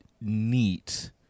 neat